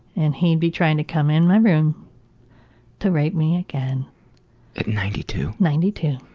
and he'd be trying to come in my room to rape me again. at ninety two! ninety two.